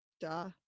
Duh